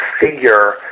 figure